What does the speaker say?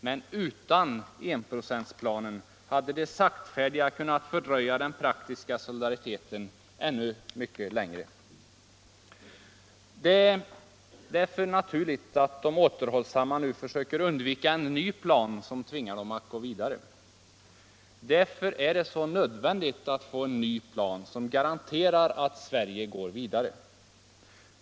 Men utan enprocentsplanen hade de saktfärdiga kunnat fördröja den praktiska solidariteten mycket längre. Därför är det naturligt att de återhållsamma nu söker undvika att få en ny plan som tvingar dem att gå vidare. Och därför är det också nödvändigt att få en ny plan som garanterar att Sverige går vidare.